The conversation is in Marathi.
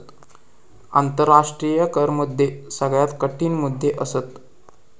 आंतराष्ट्रीय कर मुद्दे सगळ्यात कठीण मुद्दे असत